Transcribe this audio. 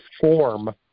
form